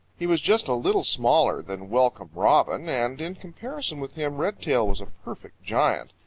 he was just a little smaller than welcome robin, and in comparison with him redtail was a perfect giant.